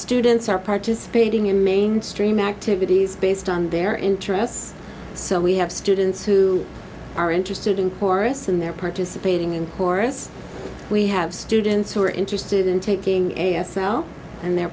students are participating in mainstream activities based on their interests so we have students who are interested in chorus and they're participating in chorus we have students who are interested in taking a s l and they're